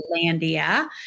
landia